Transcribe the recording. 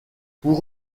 pour